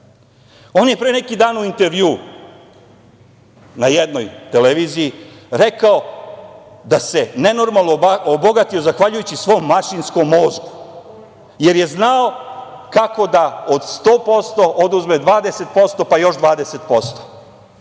je pre neki dan u intervjuu na jednoj televiziji rekao da se nenormalno obogatio zahvaljujući svom mašinskom mozgu, jer je znao kako da od 100% oduzme 20% pa još 20%.